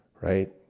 Right